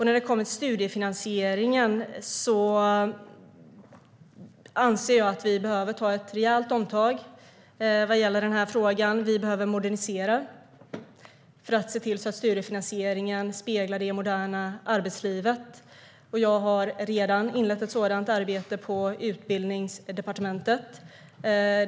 När det kommer till studiefinansieringen anser jag att vi behöver ta ett rejält omtag. Vi behöver modernisera för att se till att studiefinansieringen speglar det moderna arbetslivet. Jag har redan inlett ett sådant arbete på Utbildningsdepartementet.